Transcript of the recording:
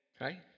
Right